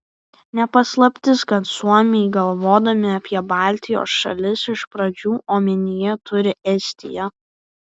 ne paslaptis kad suomiai galvodami apie baltijos šalis iš pradžių omenyje turi estiją